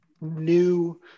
new